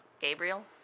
Gabriel